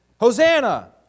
Hosanna